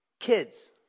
Kids